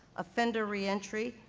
offender reentry,